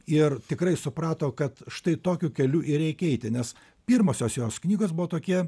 ir tikrai suprato kad štai tokiu keliu ir reikia eiti nes pirmosios jos knygos buvo tokie